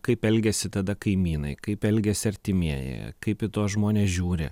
kaip elgiasi tada kaimynai kaip elgiasi artimieji kaip į tuos žmones žiūri